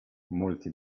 molti